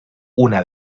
una